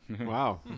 Wow